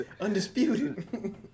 undisputed